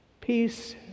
peace